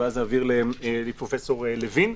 ואז אעביר לפרופ' לוין.